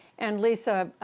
and, lisa,